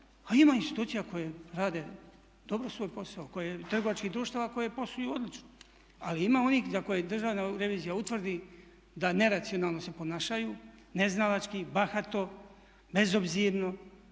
a ima institucija koje rade dobro svoj posao, trgovačkih društava koje posluju odlično. Ali ima onih za koje Državna revizija utvrdi da neracionalno se ponašanju, neznalački, bahato, bezobzirno